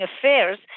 affairs